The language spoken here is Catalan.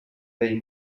vell